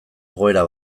egoera